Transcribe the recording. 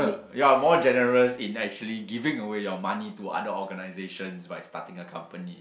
ya more generous in actually giving away your money to other organisations by starting a company